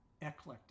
eclectic